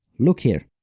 look here.